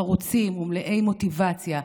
חרוצים ומלאי מוטיבציה,